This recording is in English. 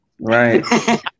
Right